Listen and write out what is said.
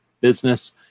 business